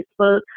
Facebook